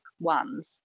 ones